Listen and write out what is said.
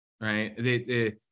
Right